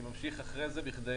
אני ממשיך אחרי זה כדי